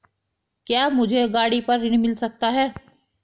क्या मुझे गाड़ी पर ऋण मिल सकता है?